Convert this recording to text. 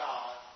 God